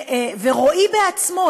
ורועי בעצמו,